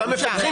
אותם מפקחים.